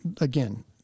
Again